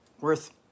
worth